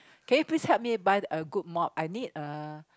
can you please help me to buy a good mop I need a